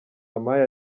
ampaye